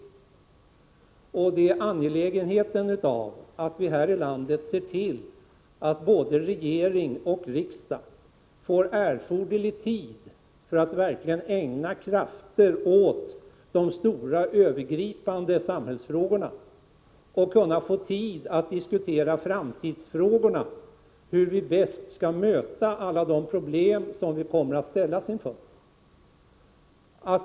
Det handlar om angelägenheten av att vi här i landet ser till att både regering och riksdag får erforderlig tid att verkligen ägna sina krafter åt de stora övergripande samhällsfrågorna och att de får tid att diskutera framtidsfrågorna — hur vi bäst skall möta alla de problem som vi kommer att ställas inför.